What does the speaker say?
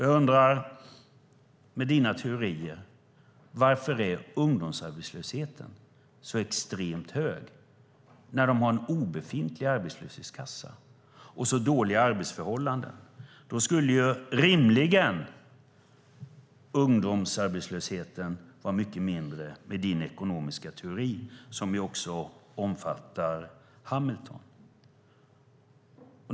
Jag undrar: Med dina teorier, varför är ungdomsarbetslösheten så extremt hög? När de har en obefintlig arbetslöshetskassa och så dåliga arbetsförhållanden skulle ju rimligen ungdomsarbetslösheten vara mycket mindre med din ekonomiska teori, som också omfattar Hamilton.